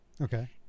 Okay